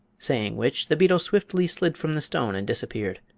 saying which, the beetle swiftly slid from the stone and disappeared.